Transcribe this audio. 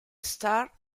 star